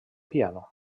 piano